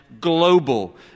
global